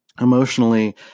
emotionally